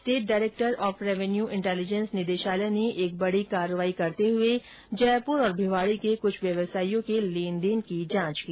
state director of revenue intelligence निदेशालय ने एक बडी कार्रवाई करते हुए जयपुर और भिवाडी के कुछ व्यवसाइयों के लेने देन की जांच की